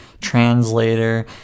translator